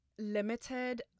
limited